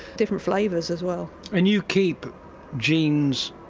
different flavours as well. and you keep genes,